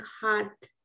heart